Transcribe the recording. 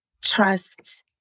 trust